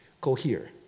cohere